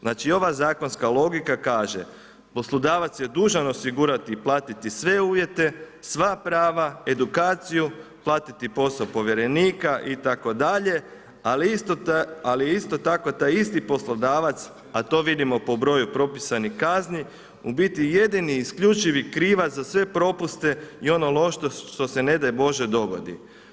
Znači ova zakonska logika kaže: poslodavac je dužan osigurati i platiti sve uvjete, sva prava, edukaciju, platiti posao povjerenika itd., ali je isto tako, taj isti poslodavac, a to vidimo po broju propisanih kazni, u biti jedini i isključivi krivac za sve propuste i ono loše što se ne daj Bože dogodi.